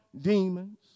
demons